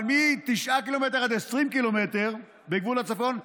אבל מ-9 עד 20 קילומטר בגבול הצפון,